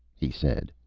he said.